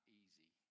easy